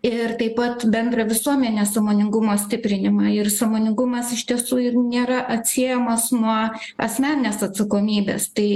ir taip pat bendrą visuomenės sąmoningumo stiprinimą ir sąmoningumas iš tiesų ir nėra atsiejamas nuo asmeninės atsakomybės tai